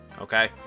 Okay